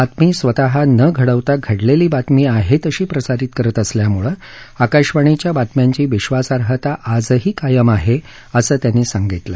बातमी स्वतः न घडवता घडलेली बातमी आहे तशी प्रसारित करत असल्यामुळे आकाशवाणीच्या बातम्यांची विश्वासार्हता आजही कायम आहेअसं त्यांनी सांगितलं